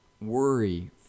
worry